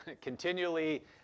Continually